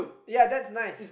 ya that's nice